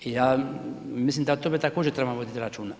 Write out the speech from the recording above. I ja, mislim da to bi također trebamo voditi računa.